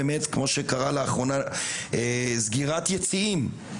למשל, כמו שקרה לאחרונה, סגירת יציעים.